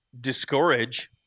discourage